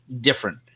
different